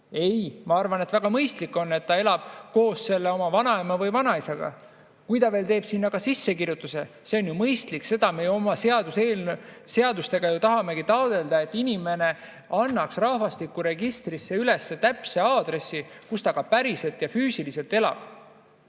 Ei, ma arvan, et väga mõistlik on, kui ta elab koos oma vanaema või vanaisaga. Kui ta teeb sinna ka sissekirjutuse, see on ju mõistlik, seda me ju oma seadustega tahamegi taotleda, et inimene annaks rahvastikuregistrisse üles täpse aadressi, kus ta ka päriselt ja füüsiliselt elab.